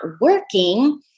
working